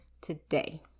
today